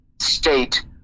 state